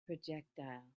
projectile